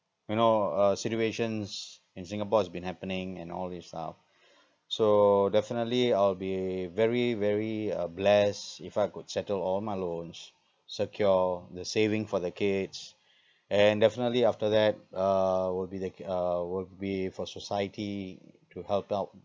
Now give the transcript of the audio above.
you know uh situations in Singapore has been happening and all this stuff so definitely I will be very very uh blessed if I could settle all my loans secure the saving for the kids and definitely after that uh would be the ki~ uh would be for society to help out